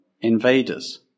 invaders